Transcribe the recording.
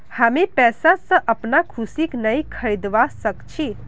हामी पैसा स अपनार खुशीक नइ खरीदवा सख छि